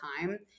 time